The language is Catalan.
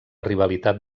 rivalitat